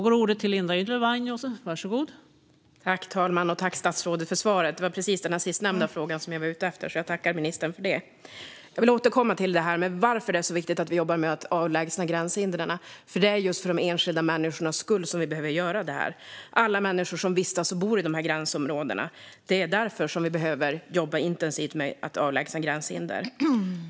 Fru talman! Tack, statsrådet, för svaret! Det var precis den sistnämnda frågan som jag var ute efter, så jag tackar ministern för det. Jag vill återkomma till varför det är så viktigt att vi jobbar med att avlägsna gränshinder. Det är just för de enskilda människornas skull som vi behöver göra detta - alla människor som vistas och bor i de här gränsområdena. Det är därför vi behöver jobba intensivt med att avlägsna gränshinder.